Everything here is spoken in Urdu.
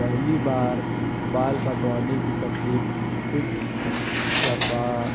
پہلی بار بال کٹوانے کی تقریب کچھ شفاء